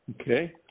Okay